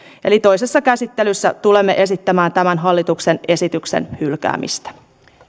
eli toisessa käsittelyssä tulemme esittämään tämän hallituksen esityksen hylkäämistä